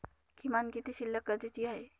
किमान किती शिल्लक गरजेची आहे?